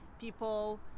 people